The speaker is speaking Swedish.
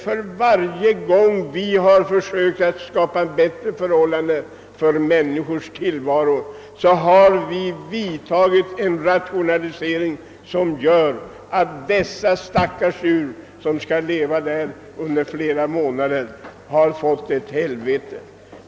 För varje gång vi har försökt skapa bättre förhållanden för människors tillvaro har vi emellertid vidtagit en rationalisering, som gjort att' dessa stackars djur, som skall leva i sina stallar under flera månader, har fått ett helvete.